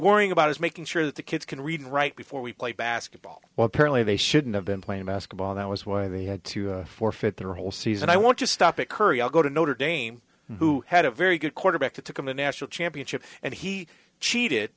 worrying about is making sure that the kids can read right before we play basketball well apparently they shouldn't have been playing basketball that was why they had to forfeit their whole season i want to stop at curry i'll go to notre dame who had a very good quarterback that took on the national championship and he cheated